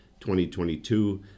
2022